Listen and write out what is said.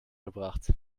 gebracht